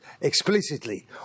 explicitly